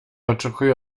oczekuje